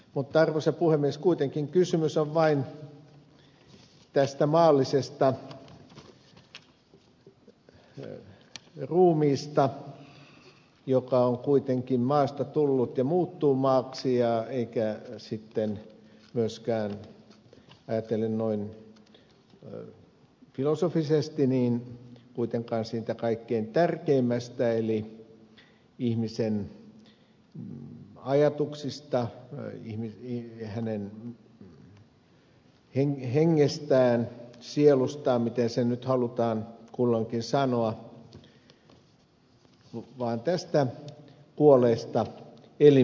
mutta arvoisa puhemies kuitenkin kysymys on vain tästä maallisesta ruumiista joka on kuitenkin maasta tullut ja muuttuu maaksi eikä sitten myöskään ajatellen noin filosofisesti kuitenkaan siitä kaikkein tärkeimmästä eli ihmisen ajatuksista ja hänen hengestään sielustaan miten se nyt halutaan kulloinkin sanoa vaan tästä kuolleesta elimistöstä